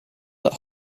that